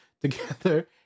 together